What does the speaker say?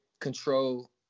control